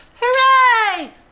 hooray